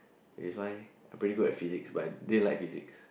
that's why I pretty good in Physics but I didn't like Physics